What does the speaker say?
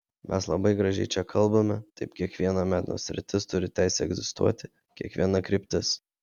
mes labai gražiai čia kalbame taip kiekviena meno sritis turi teisę egzistuoti kiekviena kryptis